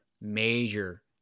major